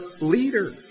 leader